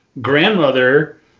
Grandmother